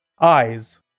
eyes